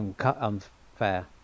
unfair